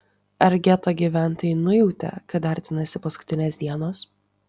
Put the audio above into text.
ar geto gyventojai nujautė kad artinasi paskutinės dienos